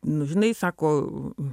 nu žinai sako